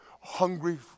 Hungry